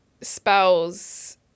spells